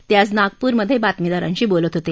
ते आज नागपूरमध्ये बातमीदीरांशी बोलत होते